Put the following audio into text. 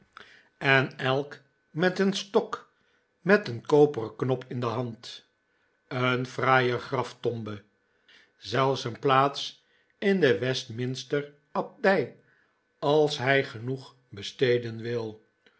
en elk met een stok met een koperen knop in de hand een fraaie graftombe zelfs een plaats in de westminster abdij als hij genoeg besteden wil